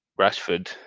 Rashford